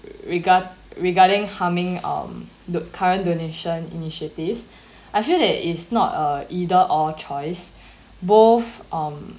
regard regarding harming um the current donation initiatives I feel that is not uh either or choice both um